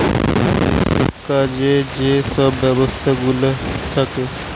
দেশের কাজে যে সব ব্যবস্থাগুলা থাকে